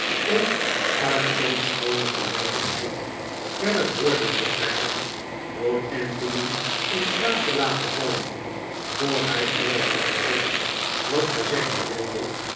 om uit zoo'n schoone gelegenheid verder voordeel te trekken door anthony in slaap te laten vallen voor hij alles had gezegd wat hij zeggen wilde